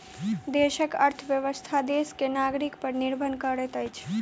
देशक अर्थव्यवस्था देश के नागरिक पर निर्भर करैत अछि